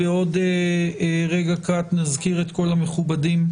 "תחקיר התוכנית